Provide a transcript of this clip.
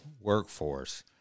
workforce